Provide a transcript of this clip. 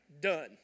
Done